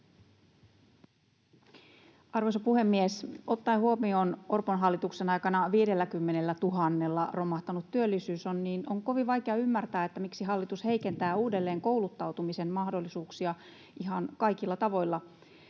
Arvoisa puhemies! Ottaen huomioon Orpon hallituksen aikana 50 000:lla romahtanut työllisyys on kovin vaikea ymmärtää, miksi hallitus heikentää uudelleen kouluttautumisen mahdollisuuksia ihan kaikilla tavoilla.